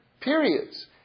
periods